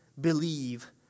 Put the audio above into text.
believe